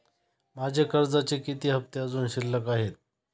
माझे कर्जाचे किती हफ्ते अजुन शिल्लक आहेत?